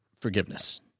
forgiveness